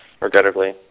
regrettably